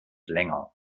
länger